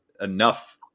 enough